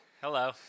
Hello